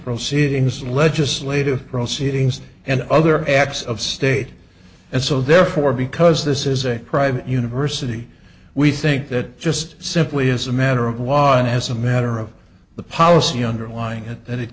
proceedings legislative proceedings and other acts of state and so therefore because this is a private university we think that just simply as a matter of law and as a matter of the policy underlying it and it